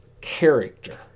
character